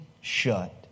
shut